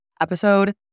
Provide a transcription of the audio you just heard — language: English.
episode